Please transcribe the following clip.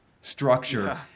structure